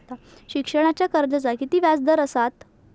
शिक्षणाच्या कर्जाचा किती व्याजदर असात?